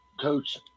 Coach